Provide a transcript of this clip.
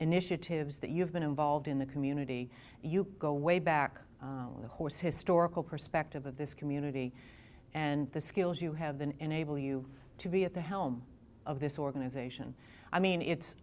initiatives that you've been involved in the community you go way back on the horse historical perspective of this community and the skills you have the enable you to be at the helm of this organization i mean it's